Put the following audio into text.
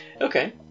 Okay